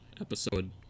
episode